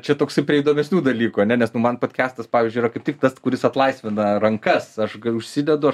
čia toksai prie įdomesnių dalykų ane nes nu man podkestas pavyzdžiui yra kaip tik tas kuris atlaisvina rankas aš užsidedu